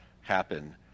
happen